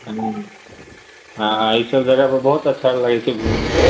हूँ हँ ई सभ जगह पर बहुत अच्छा लगैत छै घूमैमे